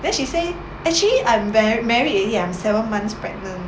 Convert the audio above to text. then she say actually I'm ma~ married already I'm seven months pregnant